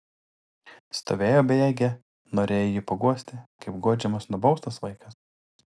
stovėjo bejėgė norėjo jį paguosti kaip guodžiamas nubaustas vaikas